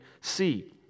see